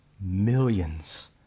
millions